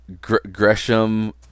Gresham